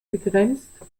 begrenzt